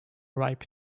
ripe